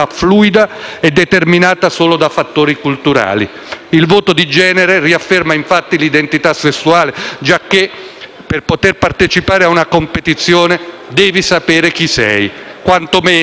Il voto di genere riafferma infatti l'identità sessuale, giacché per poter partecipare a una competizione devi sapere chi sei. Quanto meno al momento di candidarti!